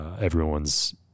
everyone's